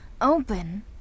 open